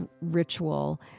ritual